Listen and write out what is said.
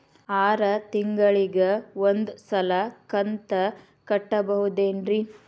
ಆರ ತಿಂಗಳಿಗ ಒಂದ್ ಸಲ ಕಂತ ಕಟ್ಟಬಹುದೇನ್ರಿ?